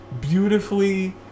beautifully